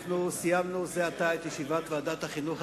אנחנו סיימנו זה עתה את ישיבת ועדת החינוך,